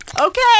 okay